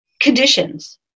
conditions